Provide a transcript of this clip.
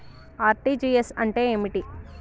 RTGS అంటే ఏమిటి?